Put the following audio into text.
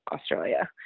Australia